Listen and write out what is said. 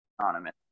anonymous